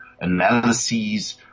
analyses